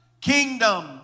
Kingdom